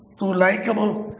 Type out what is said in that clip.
too likeable.